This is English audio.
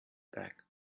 back